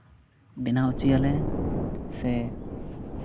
ᱵᱮᱱᱟᱣ ᱦᱚᱪᱚᱭᱟᱞᱮ